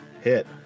hit